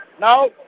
No